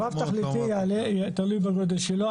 רב תכליתי תלוי בגודל שלו,